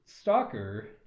stalker